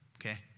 okay